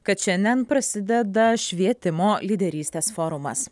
kad šiandien prasideda švietimo lyderystės forumas